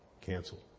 canceled